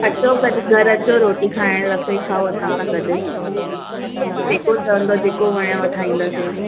अचो पहिरीं घरु अचो रोटी खाइणु हितेई खाओ असां सां गॾु जेको चवंदव जेको वणेव ठाहींदासि